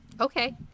okay